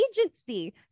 agency